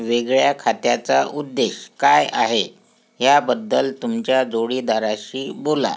वेगळ्या खात्याचा उद्देश काय आहे याबद्दल तुमच्या जोडीदाराशी बोला